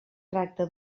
tracta